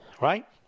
Right